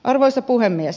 arvoisa puhemies